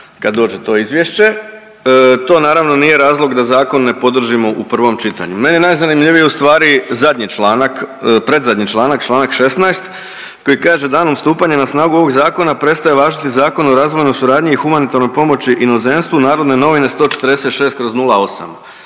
kad dođe to izvješće, to naravno nije razlog da zakon ne podržimo u prvom čitanju. Meni je najzanimljivije ustvari zadnji članak, predzadnji članak, čl. 16. koji kaže „Danom stupanja na snagu ovog zakona prestaje važiti Zakon o razvojnoj suradnji i humanitarnoj pomoći inozemstvu“. NN 146/08,